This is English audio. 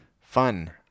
fun